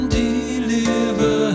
deliver